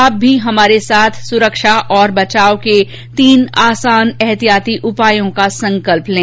आप भी हमारे साथ सुरक्षा और बचाव के तीन आसान एहतियाती उपायों का संकल्प लें